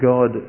God